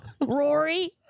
Rory